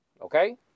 Okay